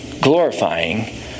glorifying